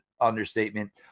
understatement